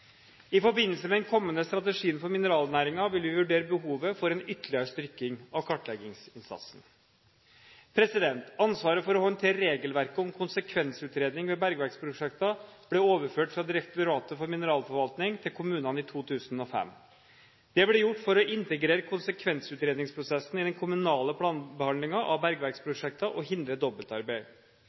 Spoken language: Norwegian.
I forbindelse med den kommende strategien for mineralnæringen vil vi vurdere behovet for en ytterligere styrking av kartleggingsinnsatsen. Ansvaret for å håndtere regelverket om konsekvensutredninger ved bergverksprosjekter ble overført fra Direktoratet for mineralforvaltning til kommunene i 2005. Det ble gjort for å integrere konsekvensutredningsprosessen i den kommunale planbehandlingen av bergverksprosjekter og hindre dobbeltarbeid.